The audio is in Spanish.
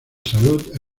salud